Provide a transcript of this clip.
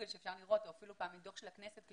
שאפשר לראות ב-גוגל או אפילו בדוח הכנסת,